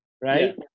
Right